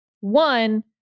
One